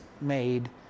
made